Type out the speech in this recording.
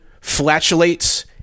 flatulates